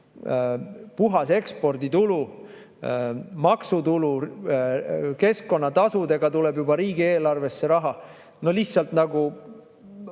puhas eksporditulu, maksutulu, keskkonnatasudega tuleb riigieelarvesse raha. No lihtsalt nagu